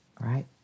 right